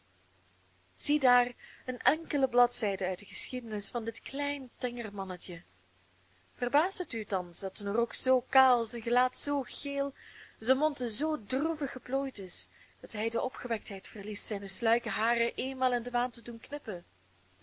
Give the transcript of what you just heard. ziedaar een enkele bladzijde uit de geschiedenis van dit klein tenger mannetje verbaast het u thans dat zijn rok zoo kaal zijn gelaat zoo geel zijn mond zoo droevig geplooid is dat hij de opgewektheid verliest zijne sluike haren éénmaal in de maand te doen knippen